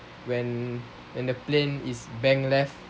when when the plane is bank left